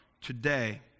today